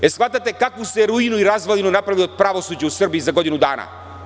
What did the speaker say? Da li shvatate kakvu ste ruinu i razvalinu napravili od pravosuđa u Srbiji za godinu dana.